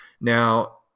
Now